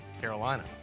Carolina